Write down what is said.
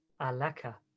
Alaka